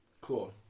Cool